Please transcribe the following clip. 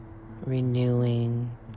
Renewing